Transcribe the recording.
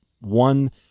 one